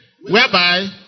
Whereby